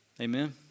Amen